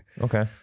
Okay